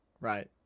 right